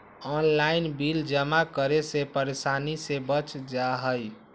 Online bill जमा करे से परेशानी से बच जाहई?